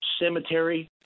cemetery